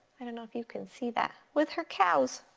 i don't know if you can see that with her cows.